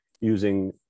using